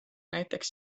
näiteks